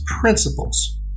principles